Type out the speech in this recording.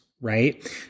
right